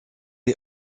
est